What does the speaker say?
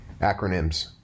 Acronyms